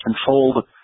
controlled